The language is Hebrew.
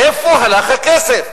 איפה הלך הכסף?